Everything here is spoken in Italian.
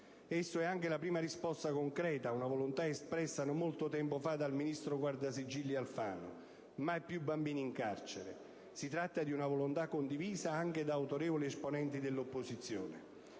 Esso è anche la prima risposta concreta a una volontà espressa non molto tempo fa dal ministro guardasigilli Alfano: «Mai più bambini in carcere». Si tratta di una volontà condivisa anche da autorevoli esponenti dell'opposizione.